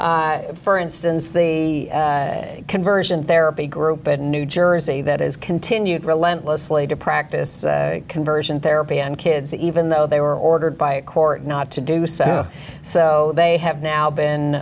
bad for instance the conversion therapy group in new jersey that is continued relentlessly to practice conversion therapy and kids even though they were ordered by a court not to do so so they have now been